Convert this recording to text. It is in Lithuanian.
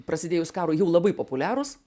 prasidėjus karui jau labai populiarūs